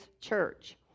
church